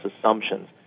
assumptions